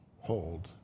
hold